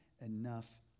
enough